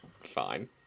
Fine